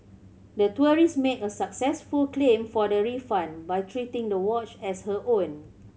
the tourist made a successful claim for the refund by treating the watch as her own